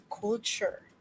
culture